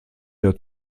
der